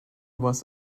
was